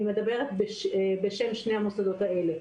אני מדברת בשם שני המוסדות האלה.